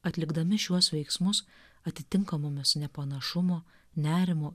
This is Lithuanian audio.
atlikdami šiuos veiksmus atitinkamomis nepanašumo nerimo